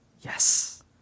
Yes